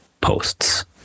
posts